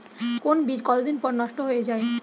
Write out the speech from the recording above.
কোন বীজ কতদিন পর নষ্ট হয়ে য়ায়?